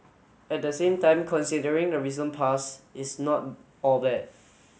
at the same time considering the recent past it's not all bad